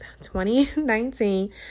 2019